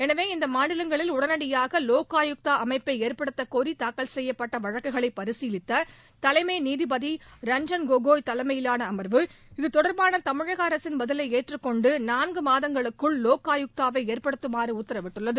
எனவே இந்த மாநிலங்களில் உடனடியாக லோக் ஆயுக்தா அமைப்பை ஏற்படுத்த கோரி தாக்கல் செய்யப்பட்ட வழக்குகளை பரிசீலித்த தலைமை நீதிபதி ரஞ்சன் கோகோய் தலைமையிலான அமர்வு இத்தொடர்பான தமிழக அரசின் பதிலை ஏற்றுக்கொண்டு நான்கு மாதங்களுக்குள் வோக் ஆயுக்தாவை ஏற்படுத்தமாறு உத்தரவிட்டுள்ளது